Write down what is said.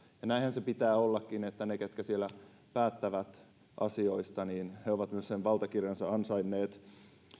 ja näinhän sen pitää ollakin että ne ketkä siellä päättävät asioista ovat myös sen valtakirjansa ansainneet